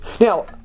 Now